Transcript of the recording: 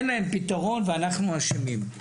אין להם פתרון ואנחנו אשמים.